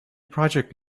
project